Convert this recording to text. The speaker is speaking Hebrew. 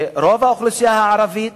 רוב האוכלוסייה הערבית,